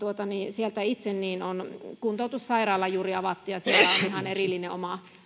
sieltä itse on kuntoutussairaala juuri avattu ja siellä on ihan erillinen oma